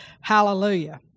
Hallelujah